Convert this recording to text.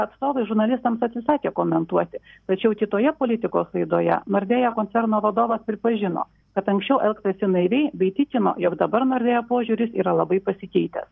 atstovai žurnalistams atsisakė komentuoti tačiau kitoje politikos laidoje nordėja koncerno vadovas pripažino kad anksčiau elgtasi naiviai bei tikino jog dabar nordėja požiūris yra labai pasikeitęs